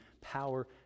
power